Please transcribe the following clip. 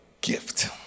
gift